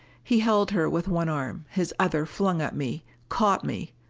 he held her with one arm! his other flung at me, caught me,